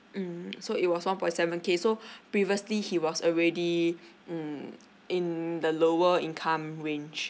mm so it was one point seven K so previously he was already mm in the lower income range